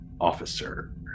officer